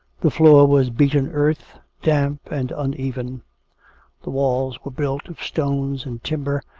the floor was beaten earth, damp and uneven the walls were built of stones and timber,